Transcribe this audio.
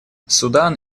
судан